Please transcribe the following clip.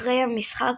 אחרי המשחק,